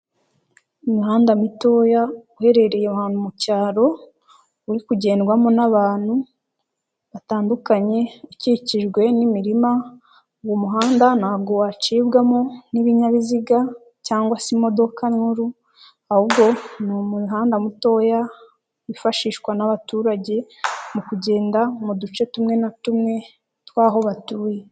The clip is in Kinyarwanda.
Umuhanda mitoya uherereye ahantu mu cyaro, uri kugendwamo n'abantu batandukanye, ukikijwe n'imirima uwo muhanda ntabwo wacibwamo n'ibinyabiziga cyangwa se imodoka nkuru, ahubwo ni umuhanda mutoya wifashishwa n'abaturage mu kugenda mu duce tumwe na tumwe tw'aho batuye.